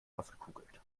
ausgekugelt